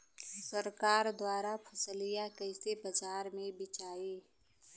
सरकार द्वारा फसलिया कईसे बाजार में बेचाई?